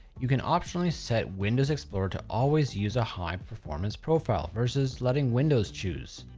you can optionally set windows explorer to always use a high performance profile versus letting windows choose.